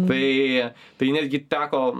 tai tai netgi teko